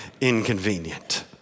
inconvenient